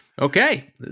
Okay